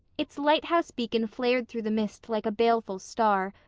its lighthouse beacon flared through the mist like a baleful star,